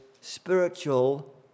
spiritual